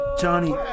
Johnny